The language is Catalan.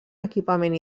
equipament